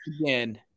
again